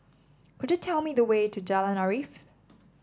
could you tell me the way to Jalan Arif